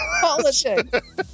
Politics